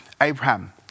Abraham